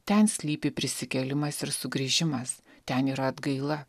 ten slypi prisikėlimas ir sugrįžimas ten yra atgaila